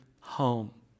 home